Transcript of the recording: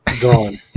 Gone